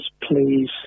please